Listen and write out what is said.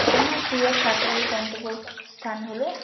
আমার প্রিয় সাঁতারের গন্তব্যস্থান হলো